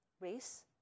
race